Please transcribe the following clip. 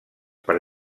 per